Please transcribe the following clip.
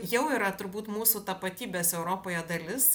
jau yra turbūt mūsų tapatybės europoje dalis